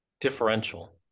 differential